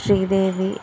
Sridevi